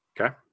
Okay